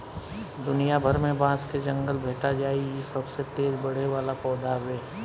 दुनिया भर में बांस के जंगल भेटा जाइ इ सबसे तेज बढ़े वाला पौधा हवे